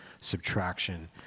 subtraction